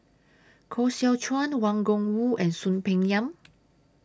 Koh Seow Chuan Wang Gungwu and Soon Peng Yam